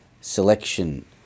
selection